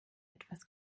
etwas